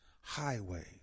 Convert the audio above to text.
highways